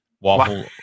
Waffle